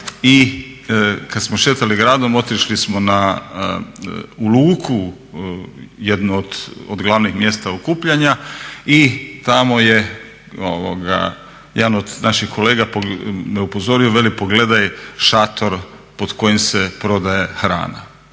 i kada smo šetali gradom otišli smo u luku, jedno od glavnih mjesta okupljanja i tamo je jedan od naših kolega me upozorio, veli pogledaj šator pod kojim se prodaje hrana.